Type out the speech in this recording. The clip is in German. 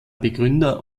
begründer